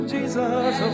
Jesus